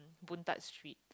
Boon-Tat-Street